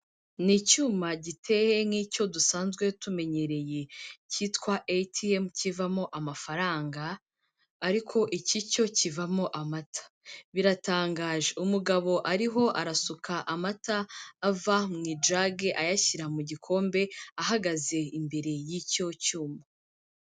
N'icyuma giteye nk'icyo dusanzwe tumenyereye cyitwa ATM kivamo amafaranga, ariko iki cyo kivamo amata, biratangaje umugabo ariho arasuka amata ava mujajyi ayashyira mu gikombe, ahagaze imbere y'icyo cyuma.